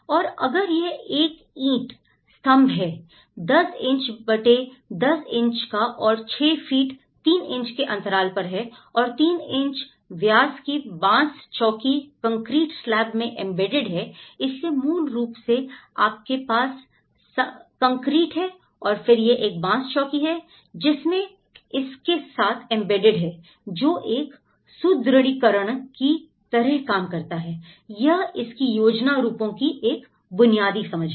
और अगर यह एक ईंट स्तंभ है 10 इंच बटे 10 इंच का और 6 फीट 3 इंच के अंतराल पर है और 3 इंच व्यास की बाँस चौकी कंकरीट स्लैब में एंबेडेड है इसलिए मूल रूप से आपके पास कंक्रीट है और फिर यह एक बांस चौकी है जिसमें इसके साथ एंबेडेड है जो एक सुदृढीकरण की तरह काम करता हैयह इसकी योजना रूपों की एक बुनियादी समझ है